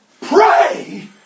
Pray